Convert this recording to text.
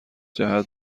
جهت